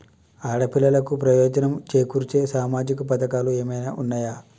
ఆడపిల్లలకు ప్రయోజనం చేకూర్చే సామాజిక పథకాలు ఏమైనా ఉన్నయా?